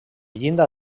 llinda